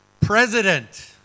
president